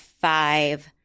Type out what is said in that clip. five